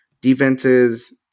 Defense's